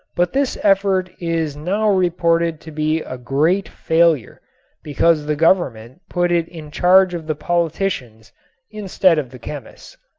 but this effort is now reported to be a great failure because the government put it in charge of the politicians instead of the chemists.